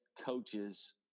coaches